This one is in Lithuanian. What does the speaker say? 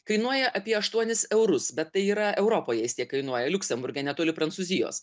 kainuoja apie aštuonis eurus bet tai yra europoje tiek kainuoja liuksemburge netoli prancūzijos